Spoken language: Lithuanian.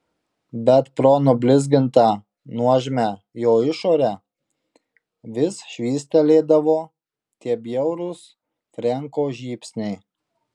bet pro nublizgintą nuožmią jo išorę vis švystelėdavo tie bjaurūs frenko žybsniai